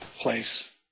place